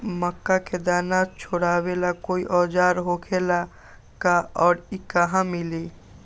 मक्का के दाना छोराबेला कोई औजार होखेला का और इ कहा मिली?